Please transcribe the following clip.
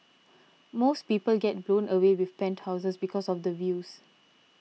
most people get blown away with penthouses because of the views